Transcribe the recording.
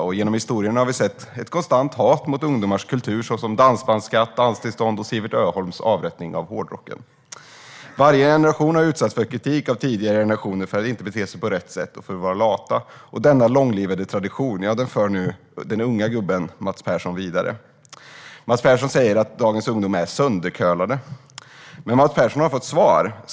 Och genom historien har vi sett ett konstant hat mot ungdomars kultur, såsom dansbandsskatt, danstillstånd och Siewert Öholms avrättning av hårdrocken. Varje generation har utsatts för kritik av tidigare generationer för att inte bete sig på rätt sätt och för att vara lata. Denna långlivade tradition för nu den unga gubben Mats Persson vidare. Mats Persson säger att dagens ungdom är söndercurlade. Men Mats Persson har fått svar.